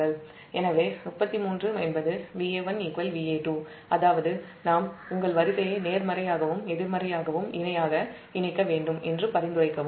எனவே 33 என்பது Va1 Va2 அதாவது நாம் உங்கள் வரிசையை நேர்மறையாகவும் எதிர்மறையாகவும் இணையாக இணைக்க வேண்டும் என்று பரிந்துரைக்கவும்